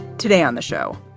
today on the show,